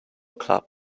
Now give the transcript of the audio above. club